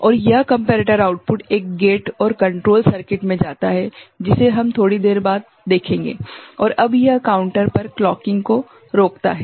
और यह comparator output एक गेट और कंट्रोल सर्किट में जाता है जिसे हम थोड़ी देर बाद देखेंगे और अब यह काउंटर पर क्लॉकिंग को रोकता है